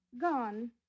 Gone